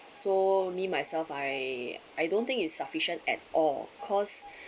so me myself I I don't think it's sufficient at all cause